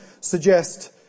suggest